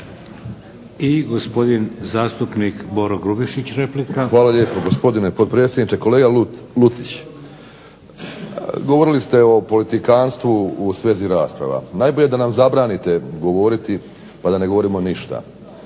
I gospodin zastupnik Boro Grubišić, replika. **Grubišić, Boro (HDSSB)** Hvala lijepo gospodine potpredsjedniče. Kolega Lucić, govorili ste o politikantstvu u svezi rasprava. Najbolje da nam zabranite govoriti pa da ne govorimo ništa,